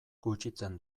gutxitzen